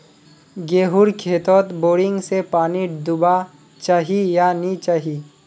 गेँहूर खेतोत बोरिंग से पानी दुबा चही या नी चही?